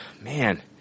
man